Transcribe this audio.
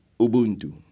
Ubuntu